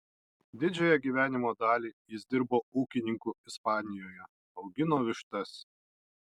didžiąją gyvenimo dalį jis dirbo ūkininku ispanijoje augino vištas